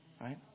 right